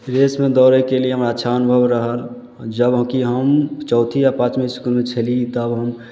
रेसमे दौड़यके लिए हमरा रहल जबकि हम चौथी या पाँचबी इसकुलमे छली तब हम